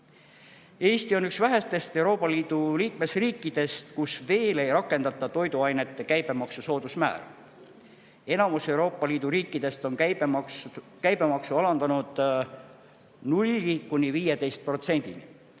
Eesti on üks vähestest Euroopa Liidu liikmesriikidest, kus veel ei rakendata toiduainete käibemaksu soodusmäära. Enamus Euroopa Liidu riikidest on käibemaksu alandanud 0–15%-ni.